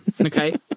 Okay